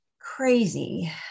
crazy